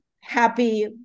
happy